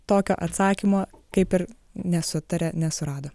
tokio atsakymo kaip ir nesutaria nesurado